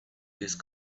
these